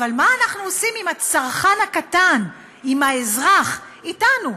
מה אנחנו עושים עם הצרכן הקטן, עם האזרח, אתנו,